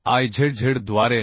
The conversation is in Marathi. Izz द्वारे 900